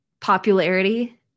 popularity